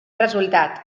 resultat